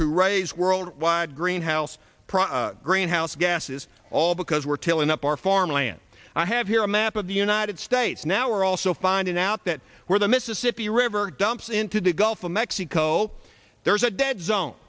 to raise worldwide greenhouse greenhouse gases all because we're to wind up our farmland i have here a map of the united states now we're also finding out that where the mississippi river dumps into the gulf of mexico there's a dead zone